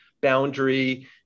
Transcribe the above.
boundary